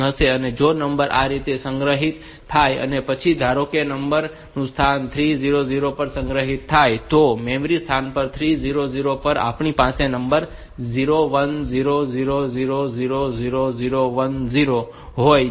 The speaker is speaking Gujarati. હવે જો નંબર આ રીતે સંગ્રહિત થાય અને પછી ધારો કે નંબર મેમરી સ્થાન 3000 પર સંગ્રહિત થાય તો મેમરી સ્થાન 3000 પર આપણી પાસે નંબર 0 1 0 0 0 0 0 0 1 0 હોય છે